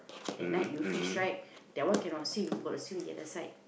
that night you fish right that one cannot swim got to swim the other side